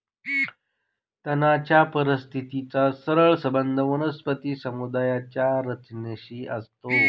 तणाच्या परिस्थितीचा सरळ संबंध वनस्पती समुदायाच्या रचनेशी असतो